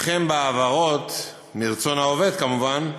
וכן בהעברות, מרצון העובד, כמובן,